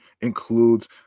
includes